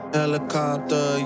helicopter